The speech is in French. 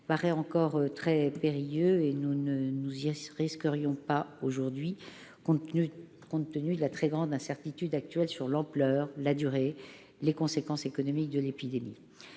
paraît encore très périlleux, et nous ne nous y risquerions pas aujourd'hui compte tenu de la très grande incertitude sur l'ampleur, la durée et les conséquences économiques de l'épidémie.